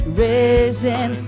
risen